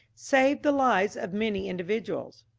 saved the lives of many individuals.